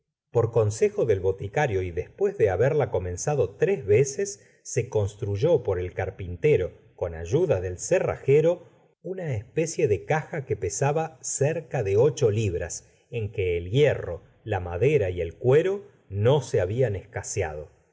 por consejo del boticario y después de haberla comenzado tres veces se construyó por el carpintero con ayuda del cerrajero una especie de caja que pesaba cerca de ocho libras en que el hierro la madera y el cuero no se hablan escaseado